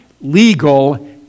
legal